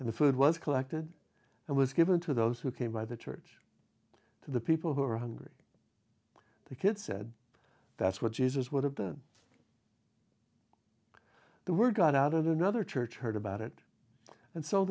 and the food was collected and was given to those who came by the church the people who are hungry the kids said that's what jesus would have been the word got out and another church heard about it and s